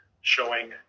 showing